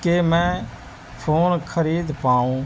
کہ میں فون خرید پاؤں